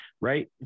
right